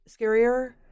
scarier